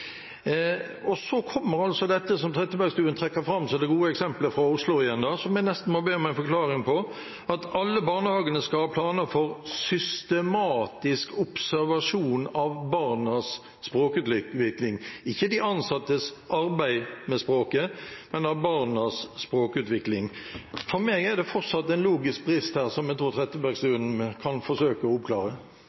Og så kommer altså det som Trettebergstuen trekker fram som det gode eksempelet, fra Oslo igjen – som jeg nesten må be om en forklaring på – at «alle barnehagene skal ha planer for systematisk observasjon av barnas språkutvikling», ikke av de ansattes arbeid med språket, men av barnas språkutvikling. For meg er det fortsatt en logisk brist her som jeg tror Trettebergstuen kan forsøke å oppklare.